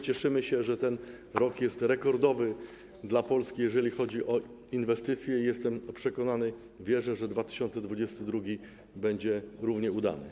Cieszymy się też, że ten rok jest rekordowy dla Polski, jeżeli chodzi o inwestycje, i jestem przekonany, wierzę, że 2022 r. będzie równie udany.